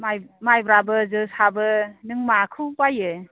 माइब्राबो जोसाबो नों माखौ बायो